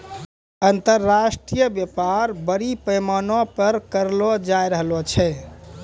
अन्तर्राष्ट्रिय व्यापार बरड़ी पैमाना पर करलो जाय रहलो छै